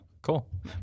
Cool